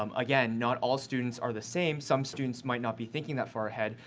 um again, not all students are the same. some students might not be thinking that far ahead,